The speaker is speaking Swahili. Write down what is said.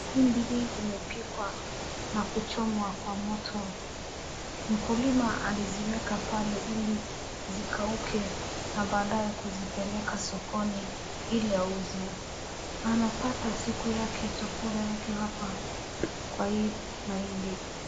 Mahindi hii imepikwa na kuchomwa kwa moto. Mkulima ameziweka pale ili zikauke na baadae kuzipeleka sokoni ili auze. Anapata siku yake chakula yake hapa kwa hii mahindi.